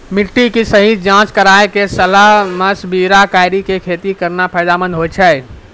मिट्टी के सही जांच कराय क सलाह मशविरा कारी कॅ खेती करना फायदेमंद होय छै